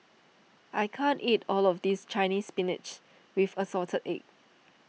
I can't eat all of this Chinese Spinach with Assorted Eggs